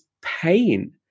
pain